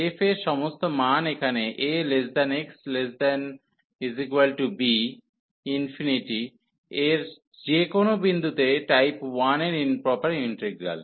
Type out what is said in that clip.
f এর সমস্ত মান এখানে ax≤b∞ এর যে কোনও বিন্দুতে টাইপ 1 এর ইম্প্রপার ইন্টিগ্রাল